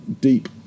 Deep